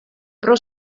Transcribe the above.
prou